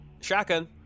Shotgun